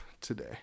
today